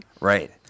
Right